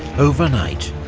overnight,